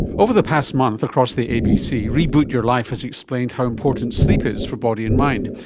over the past month across the abc, reboot your life has explained how important sleep is for body and mind,